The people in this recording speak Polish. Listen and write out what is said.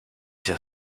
się